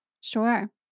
Sure